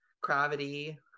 Gravity